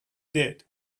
did